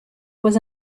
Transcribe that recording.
was